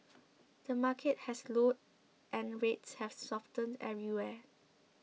the market has slowed and rates have softened everywhere